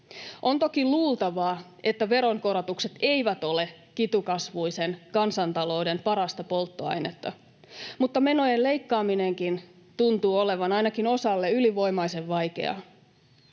On toki luultavaa, että veronkorotukset eivät ole kitukasvuisen kansantalouden parasta polttoainetta. Mutta menojen leikkaaminenkin tuntuu olevan ainakin osalle ylivoimaisen vaikeaa.